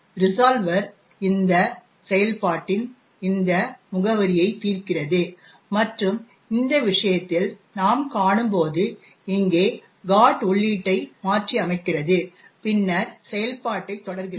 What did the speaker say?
resolver இந்த செயல்பாட்டின் இந்த முகவரியை தீர்க்கிறது மற்றும் இந்த விஷயத்தில் நாம் காணும் போது இங்கே GOT உள்ளீட்டை மாற்றியமைக்கிறது பின்னர் செயல்பாட்டைத் தொடர்கிறது